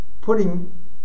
Putting